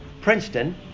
Princeton